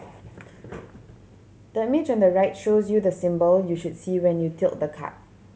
the mage on the right shows you the symbol you should see when you tilt the card